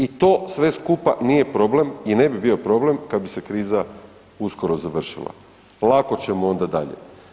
I to sve skupa nije problem i ne bi bio problem kad bi se kriza uskoro završila, lako ćemo onda dalje.